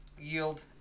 yield